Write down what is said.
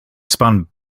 spun